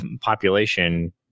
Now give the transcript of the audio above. population